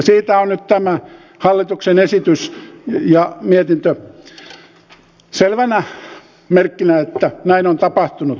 siitä on nyt tämä hallituksen esitys ja mietintö selvänä merkkinä että näin on tapahtunut